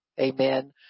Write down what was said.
amen